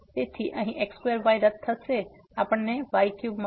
તેથી આ અહીં x2y રદ થશે આપણને y3 મળશે